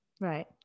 right